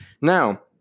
Now